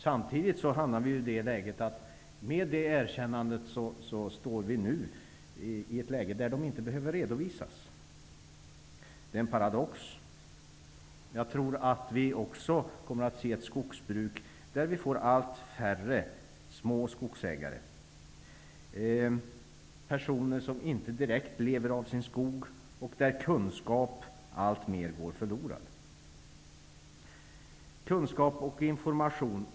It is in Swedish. Samtidigt hamnar vi i den situationen att vi med detta erkännande nu står i ett läge där de inte behöver redovisas. Det är en paradox. Jag tror att vi också kommer att få se ett skogsbruk där vi får allt färre små skogsägare. Det är personer som inte direkt lever av sin skog. Kunskap går där alltmer förlorad. Det är fråga om kunskap och information.